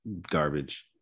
garbage